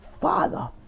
Father